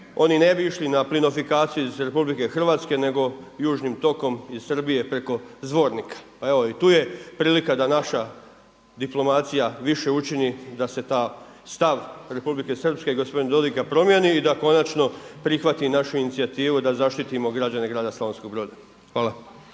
oni ne bi išli na plinifikaciju iz RH nego južnim tokom iz Srbije preko Zvornika. Pa evo i tu je prilika da naša diplomacija više učini da se ta, stav Republike Srpske i gospodina Dodiga promijeni i da konačno prihvati i našu inicijativu da zaštitimo građane grada Slavonskog Broda. Hvala.